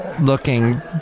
looking